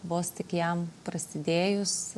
vos tik jam prasidėjus